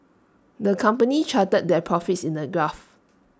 the company charted their profits in A graph